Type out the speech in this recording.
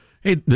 Hey